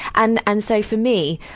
and and so, for me,